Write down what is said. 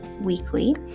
weekly